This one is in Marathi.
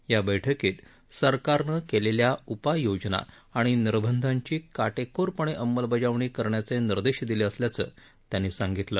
या बैठकीत सरकारनं केलेल्या उपाययोजना आणि निर्बंधांची काटेकोरपणे अंमलबजावणी करण्याचे निर्देश दिले असल्याचं त्यांनी सांगितलं